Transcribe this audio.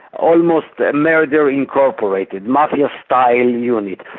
almost murder incorporated, mafia-style unit.